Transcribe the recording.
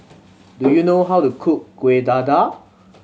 do you know how to cook Kueh Dadar